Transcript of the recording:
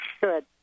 Good